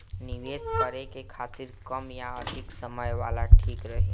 निवेश करें के खातिर कम या अधिक समय वाला ठीक रही?